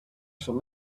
shall